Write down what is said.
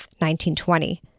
1920